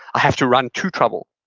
i have to run to trouble.